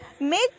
make